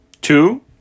Two